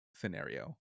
scenario